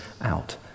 out